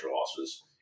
losses